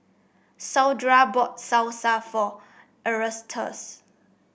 Saundra bought Salsa for Erastus